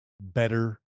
better